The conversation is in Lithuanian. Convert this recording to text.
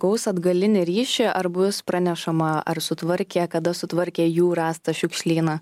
gaus atgalinį ryšį ar bus pranešama ar sutvarkė kada sutvarkė jų rastą šiukšlyną